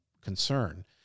concern